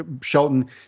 Shelton